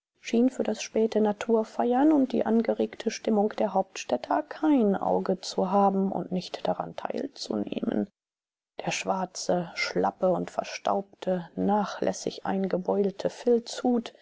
schien für das späte naturfeiern und die angeregte stimmung der hauptstädter kein auge zu haben und nicht daran teilzunehmen der schwarze schlappe und verstaubte nachlässig eingebeulte filzhut